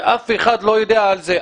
ואף אחד לא יודע על זה.